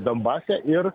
donbase ir